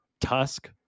tusk